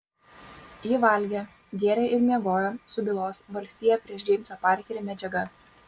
ji valgė gėrė ir miegojo su bylos valstija prieš džeimsą parkerį medžiaga